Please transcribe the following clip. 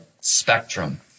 spectrum